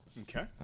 Okay